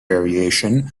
variation